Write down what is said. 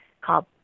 called